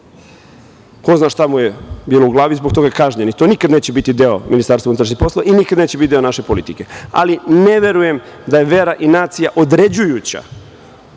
Ko zna šta mu je bilo u glavi i zbog toga je kažnjen, i to nikada neće biti deo Ministarstva unutrašnjih poslova i nikada neće biti deo naše politike, ali ne verujem da je vera i nacija određujuća